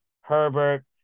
Herbert